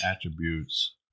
attributes